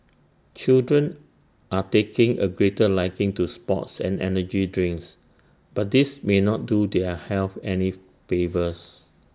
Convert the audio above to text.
children are taking A greater liking to sports and energy drinks but these may not do their health any favours